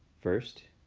first,